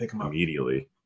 immediately